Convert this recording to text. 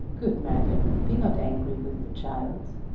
good madam, be not angry with the child.